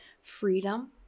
freedom